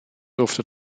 durfte